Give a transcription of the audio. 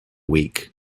week